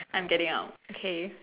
I'm getting out okay